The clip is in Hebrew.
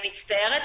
מצטערת,